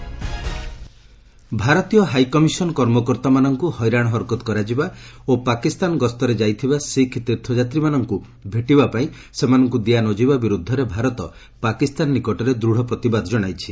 Indo Pak protest ଭାରତୀୟ high commission କର୍ମକର୍ତ୍ତାମାନଙ୍କୁ ହଇରାଣ ହରକତ କରାଯିବା ଓ ପାକିସ୍ତାନ ଗସ୍ତରେ ଯାଇଥିବା ଶିଖ୍ ତୀର୍ଥଯାତ୍ରୀମାନଙ୍କୁ ଭେଟିବାପାଇଁ ସେମାନଙ୍କୁ ଦିଆ ନ ଯିବା ବିରୁଦ୍ଧରେ ଭାରତ ପାକିସ୍ତାନ ନିକଟରେ ଦୃଢ଼ ପ୍ରତିବାଦ ଜଣାଇଛି